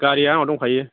गारिया आंनाव दंखायो